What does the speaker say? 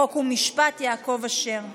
חוק ומשפט יעקב אשר.